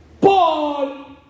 Paul